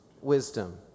wisdom